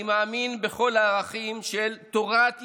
אני מאמין בכל הערכים של תורת ישראל,